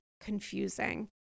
confusing